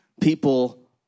People